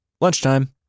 lunchtime